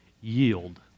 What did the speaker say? yield